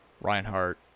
Reinhardt